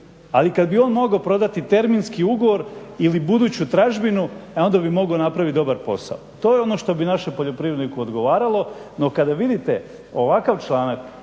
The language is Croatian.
Ali kada bi on mogao prodati terminski ugovor ili buduću tražbinu e onda bi mogao napraviti dobar posao. To je ono što bi našem poljoprivredniku odgovaralo. No kada vidite ovakav članak